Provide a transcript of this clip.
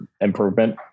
improvement